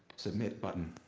submit button.